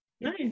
Nice